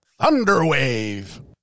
Thunderwave